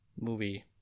movie